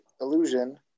illusion